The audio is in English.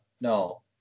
no